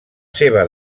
seva